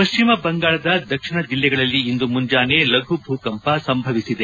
ಪಶ್ಚಿಮ ಬಂಗಾಳದ ದಕ್ಷಿಣ ಜಿಲ್ಲೆಗಳಲ್ಲಿ ಇಂದು ಮುಂಜಾನೆ ಲಘು ಭೂಕಂಪ ಸಂಭವಿಸಿದೆ